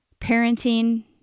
parenting